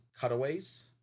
cutaways